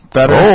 Better